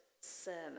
sermon